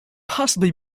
possibly